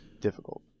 Difficult